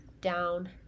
down